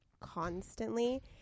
constantly